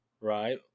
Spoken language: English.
right